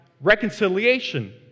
reconciliation